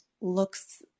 looks